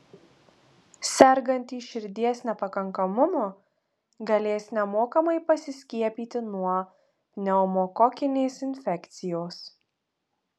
sergantys širdies nepakankamumu galės nemokamai pasiskiepyti nuo pneumokokinės infekcijos